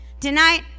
Tonight